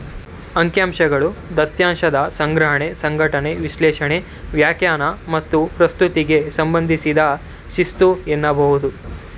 ಅಂಕಿಅಂಶಗಳು ದತ್ತಾಂಶದ ಸಂಗ್ರಹಣೆ, ಸಂಘಟನೆ, ವಿಶ್ಲೇಷಣೆ, ವ್ಯಾಖ್ಯಾನ ಮತ್ತು ಪ್ರಸ್ತುತಿಗೆ ಸಂಬಂಧಿಸಿದ ಶಿಸ್ತು ಎನ್ನಬಹುದು